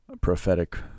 prophetic